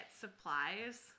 supplies